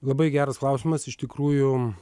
labai geras klausimas iš tikrųjų